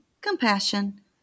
compassion